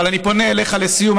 אבל אני פונה אליך לסיום,